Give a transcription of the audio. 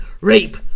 Rape